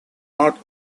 not